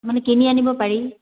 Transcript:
মানে কিনি আনিব পাৰি